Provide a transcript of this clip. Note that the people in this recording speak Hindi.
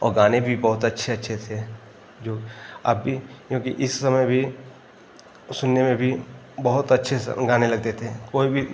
और गाने भी बहुत अच्छे अच्छे थे जो अभी क्योंकि इस समय भी सुनने में भी बहुत अच्छे से गाने लगते थे कोई भी